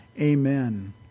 Amen